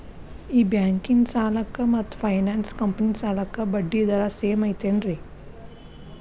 ಈ ಬ್ಯಾಂಕಿನ ಸಾಲಕ್ಕ ಮತ್ತ ಫೈನಾನ್ಸ್ ಕಂಪನಿ ಸಾಲಕ್ಕ ಬಡ್ಡಿ ದರ ಸೇಮ್ ಐತೇನ್ರೇ?